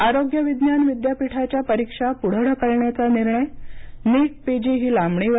आरोग्य विज्ञान विद्यापीठाच्या परिक्षा पुढे ढकलण्याचा निर्णय निटपीजी ही लांबणीवर